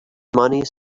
money